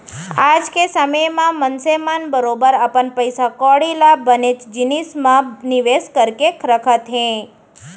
आज के समे म मनसे मन बरोबर अपन पइसा कौड़ी ल बनेच जिनिस मन म निवेस करके रखत हें